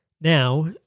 Now